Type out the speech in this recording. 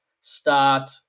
start